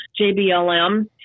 JBLM